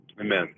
Amen